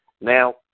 Now